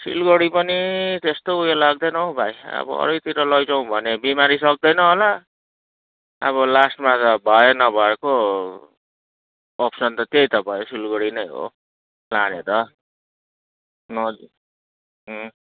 सिलगढी पनि त्यस्तो उयो लाग्दैन हौ भाइ अब अरूतिरै लैजाउँ भने बिमारी सक्दैन होला अब लास्टमा भए नभएको अप्सन त त्यही त भयो सिलगडी नै हो लाने त नजिक